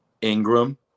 Ingram